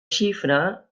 xifra